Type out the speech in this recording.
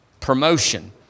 promotion